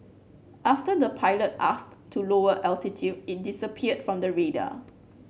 after the pilot asked to lower altitude it disappeared from the radar